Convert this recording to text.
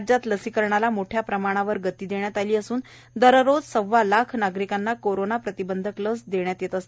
राज्यात लसीकरणाला मोठ्या प्रमाणावर गती देण्यात आली असून दररोज किमान सव्वा लाख नागरिकांना कोरोना प्रतिबंधक लस देण्यात येत आहे